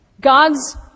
God's